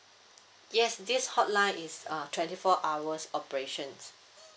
yes this hotline is uh twenty four hours operations